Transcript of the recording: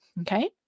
okay